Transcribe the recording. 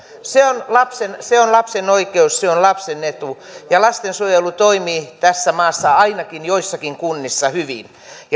se on lapsen oikeus se on lapsen etu ja lastensuojelu toimii tässä maassa ainakin joissakin kunnissa hyvin ja